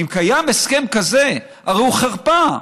אם קיים הסכם כזה, הרי הוא חרפה,